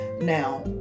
Now